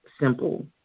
simple